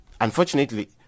Unfortunately